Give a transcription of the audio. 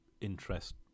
interest